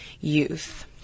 Youth